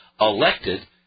elected